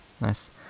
nice